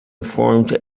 formed